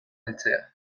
heltzea